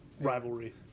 rivalry